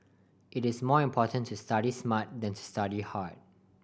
it is more important to study smart than to study hard